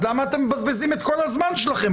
אז למה אתם מבזבזים את כל הזמן שלכם?